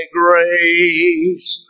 grace